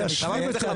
אמרתי,